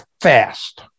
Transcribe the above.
fast